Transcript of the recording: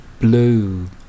blue